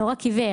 לא רק עיוור,